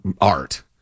art